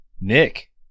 Nick